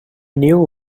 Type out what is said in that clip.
knew